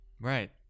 Right